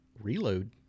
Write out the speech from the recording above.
Reload